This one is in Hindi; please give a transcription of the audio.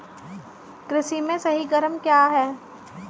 कृषि में सही क्रम क्या है?